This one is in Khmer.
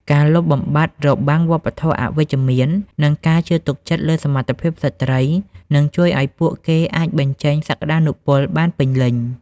ការលុបបំបាត់របាំងវប្បធម៌អវិជ្ជមាន និងការជឿទុកចិត្តលើសមត្ថភាពស្ត្រី នឹងជួយឱ្យពួកគេអាចបញ្ចេញសក្ដានុពលបានពេញលេញ។